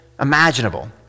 imaginable